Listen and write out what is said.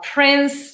Prince